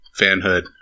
fanhood